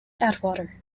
atwater